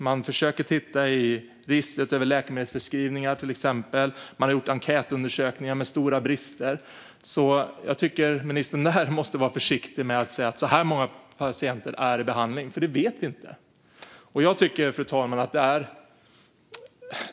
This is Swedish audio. Man försöker till exempel titta i registret för läkemedelsförskrivningar. Man har även gjort enkätundersökningar som dock innehållit stora brister. Jag tycker att ministern måste vara försiktig med att säga att si och så många personer är under behandling eftersom vi inte vet det. Fru talman!